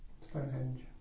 Stonehenge